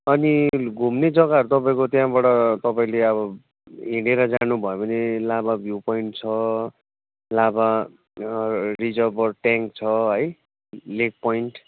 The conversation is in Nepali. अनि घुम्ने जग्गाहरू त तपाईँको त्यहाँबाट तपाईँले अब हिँडेर जानुभयो भने लाभा भ्यु पोइन्ट छ लाभा रिजर्भर ट्याङ्क छ है लेक पोइन्ट